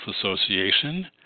Association